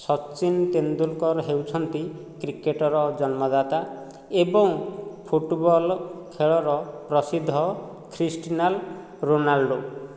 ସଚିନ ତେନ୍ଦୁଲକର ହେଉଛନ୍ତି କ୍ରିକେଟର ଜନ୍ମଦାତା ଏବଂ ଫୁଟବଲ ଖେଳର ପ୍ରସିଦ୍ଧ କ୍ରିଷ୍ଟିଆନୋ ରୋନାଲ୍ଡୋ